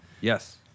Yes